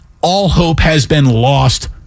all-hope-has-been-lost